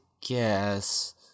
guess